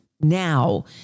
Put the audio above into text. now